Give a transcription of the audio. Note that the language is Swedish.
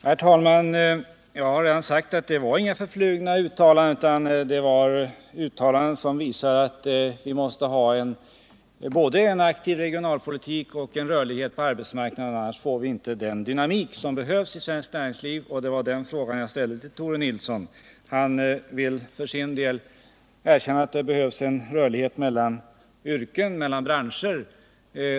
Herr talman! Jag har redan sagt att det inte var några förflugna uttalanden, utan det var uttalanden som visar att vi måste ha både en aktiv regionalpolitik och en rörlighet på arbetsmarknaden. Annars får vi inte den dynamik som behövs i svenskt näringsliv. Det var den frågan som jag ställde till Tore Nilsson. Han vill för sin del erkänna att det behövs en rörlighet mellan branscher.